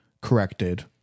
corrected